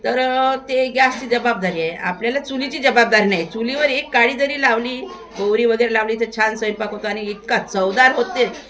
तरं ते गॅसची जबाबदारी आहे आपल्याला चुलीची जबाबदारी नाही चुलीवर एक काळी जरी लावली गोवरी वगेरे लावली तर छान स्वयंपाक होतो आणि इतका चवदार होतो